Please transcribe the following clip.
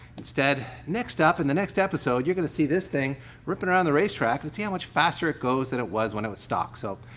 instead, next up, in the next episode, you're gonna see this thing rippin' around the race track and see how much faster it goes than it was when it was stock. so,